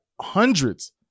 hundreds